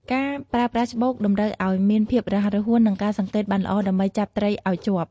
ការប្រើប្រាស់ច្បូកតម្រូវឲ្យមានភាពរហ័សរហួន និងការសង្កេតបានល្អដើម្បីចាប់ត្រីឲ្យជាប់។